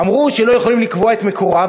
אמרו שלא יכולים לקבוע את מקורה,